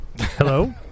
Hello